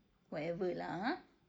whatever lah !huh!